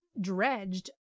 dredged